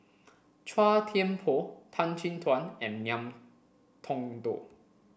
Chua Thian Poh Tan Chin Tuan and Ngiam Tong Dow